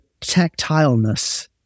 tactileness